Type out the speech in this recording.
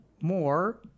more